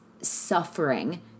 Suffering